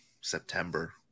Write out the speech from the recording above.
September